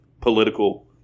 political